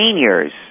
seniors